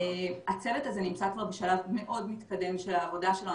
הצוות הזה נמצא כבר בשלב מאוד מתקדם של העבודה שלו,